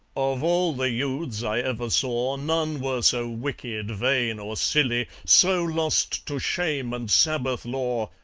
of all the youths i ever saw none were so wicked, vain, or silly, so lost to shame and sabbath law,